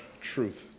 truth